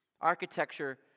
Architecture